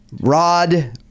Rod